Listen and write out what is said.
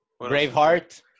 Braveheart